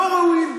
לא ראויים,